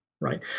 Right